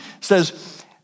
says